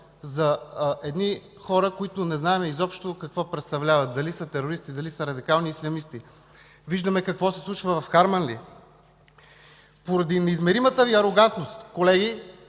за едни хора, които не знаем изобщо какво представляват – дали са терористи, дали са радикални ислямисти. Виждаме какво се случва в Харманли. Поради неизмеримата Ви арогантност, колеги,